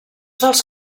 dels